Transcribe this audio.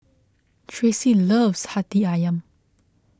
Tracy loves Hati Ayam